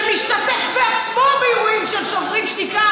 שמשתתף בעצמו באירועים של שוברים שתיקה